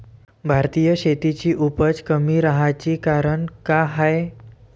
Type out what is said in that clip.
भारतीय शेतीची उपज कमी राहाची कारन का हाय?